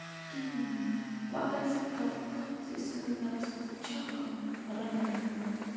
کِہیٖنۍ نہٕ وۄنۍ اَگر أسۍ کرو کانہہ تہِ سٲنِس گرَس منٛز چھا کانہہ رَنن وول مَرٕد